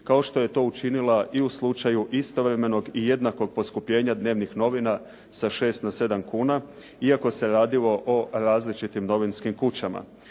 kao što je to učinila i u slučaju istovremenog i jednakog poskupljenja dnevnih novina sa 6 na 7 kuna, iako se radilo o različitim novinskim kućama.